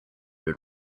been